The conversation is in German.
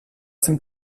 dem